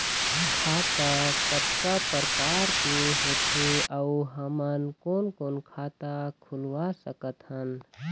खाता कतका प्रकार के होथे अऊ हमन कोन कोन खाता खुलवा सकत हन?